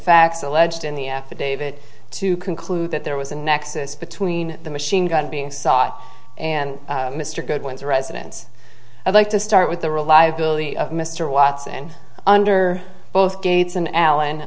facts alleged in the affidavit to conclude that there was a nexus between the machine gun being sought and mr goodwin's residence i'd like to start with the reliability of mr watson under both gates and allen